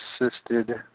assisted